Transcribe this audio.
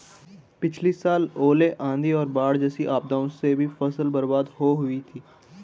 पिछली साल ओले, आंधी और बाढ़ जैसी आपदाओं से भी फसल बर्बाद हो हुई थी